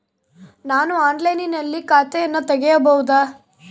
ನಾನು ಆನ್ಲೈನಿನಲ್ಲಿ ಖಾತೆಯನ್ನ ತೆಗೆಯಬಹುದಾ?